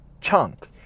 chunk